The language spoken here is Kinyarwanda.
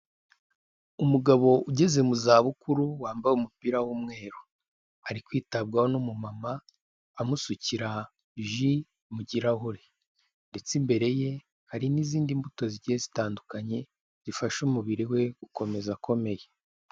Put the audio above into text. Umugabo ugeze mu za bukuru wambaye umupira w'umweru, ari kwitabwaho n'umumama, amusukira ji mu kirahure ndetse imbere ye hari n'izindi mbuto zigiye zitandukanye, zifasha umubiri we gukomeza akomeye.